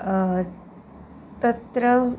तत्र